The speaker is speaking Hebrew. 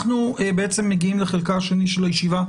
אנחנו מגיעים לחלקה השני של הישיבה,